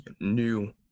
new